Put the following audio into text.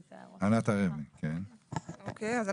שלום,